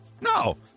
No